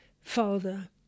father